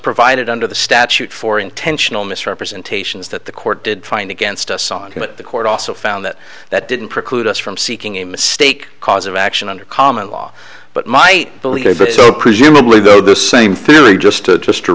provided under the statute for intentional misrepresentations that the court did find against assad to the court also found that that didn't preclude us from seeking a mistake cause of action under common law but might believe but so presumably though the same theory just stood just to